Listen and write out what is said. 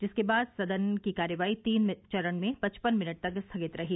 जिसके बाद सदन की कार्यवाही तीन चरण में पचपन मिनट तक स्थगित रही